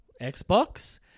Xbox